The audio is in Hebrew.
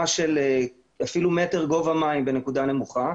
של אפילו מטר גובה מים בנקודה נמוכה,